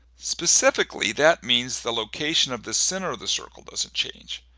specifically that means the location of the center of the circle doesnt change.